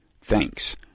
Thanks